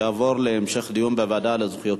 יעבור להמשך דיון בוועדה לזכויות